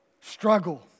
struggle